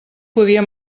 podia